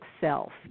self